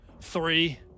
three